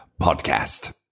Podcast